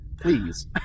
Please